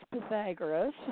Pythagoras